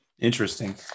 Interesting